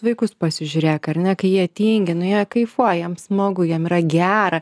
į vaikus pasižiūrėk ar ne kai jie tingi nu jie kaifuoja jiem smagu jiem yra gera